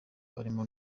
barimo